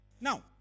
Now